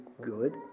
good